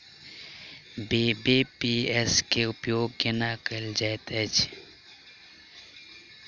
BBPS केँ उपयोग केना कएल जाइत अछि?